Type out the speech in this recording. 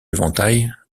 éventail